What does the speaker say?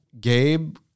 Gabe